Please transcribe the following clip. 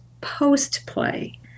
post-play